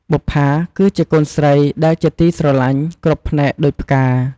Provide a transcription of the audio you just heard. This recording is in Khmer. បុប្ជា គឺជាកូនស្រីដែលជាទីស្រឡាញ់គ្រប់ផ្នែកដូចផ្កា។